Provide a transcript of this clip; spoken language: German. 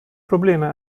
probleme